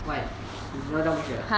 why you never tell ming xue ah